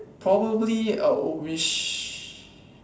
probably I would wish